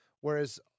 Whereas